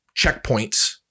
checkpoints